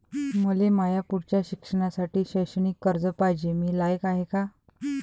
मले माया पुढच्या शिक्षणासाठी शैक्षणिक कर्ज पायजे, मी लायक हाय का?